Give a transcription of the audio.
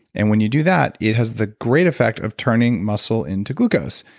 and when you do that, it has the great effect of turning muscle into glucose.